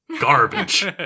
garbage